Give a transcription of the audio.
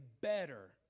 better